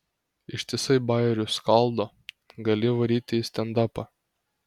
ištisai bajerius skaldo gali varyt į stendapą